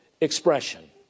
expression